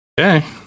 Okay